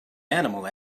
animal